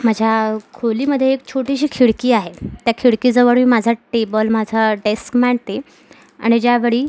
माझ्या खोलीमधे एक छोटीशी खिडकी आहे त्या खिडकीजवळ मी माझा टेबल माझा डेस्क मांडते आणि ज्यावेळी